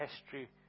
history